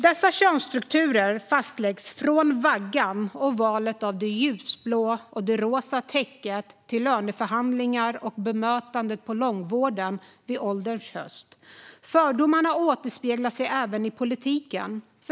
Dessa könsstrukturer fastläggs från vaggan och valet av det ljusblå eller rosa täcket till löneförhandlingen och bemötandet på långvården på ålderns höst. Fördomarna återspeglas även inom politiken.